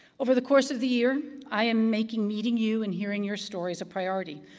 over the course of the year, i am making meeting you and hearing your stories a priority.